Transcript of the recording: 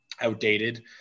outdated